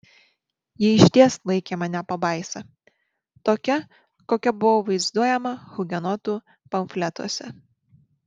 ji išties laikė mane pabaisa tokia kokia buvau vaizduojama hugenotų pamfletuose